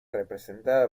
representada